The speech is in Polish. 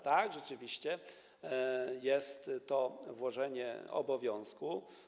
Tak, rzeczywiście, jest to nałożenie obowiązku.